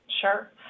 Sure